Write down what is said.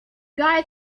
guy